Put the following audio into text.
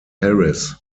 harris